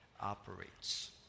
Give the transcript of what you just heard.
operates